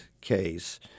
case